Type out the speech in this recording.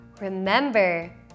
Remember